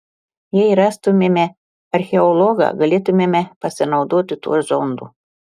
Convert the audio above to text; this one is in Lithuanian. jei rastumėme archeologą galėtumėme pasinaudoti tuo zondu